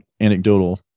anecdotal